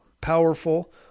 powerful